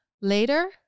later